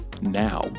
now